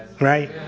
right